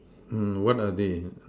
mm what are they